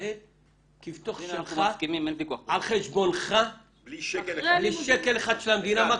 להתנהל כבתוך שלך על חשבונך בלי שקל אחד של המדינה.